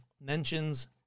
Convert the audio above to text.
mentions